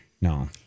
No